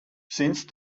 since